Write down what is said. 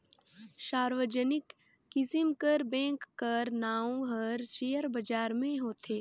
सार्वजनिक किसिम कर बेंक कर नांव हर सेयर बजार में होथे